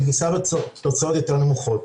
אבל תישא תוצאות יותר נמוכות.